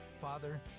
Father